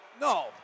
No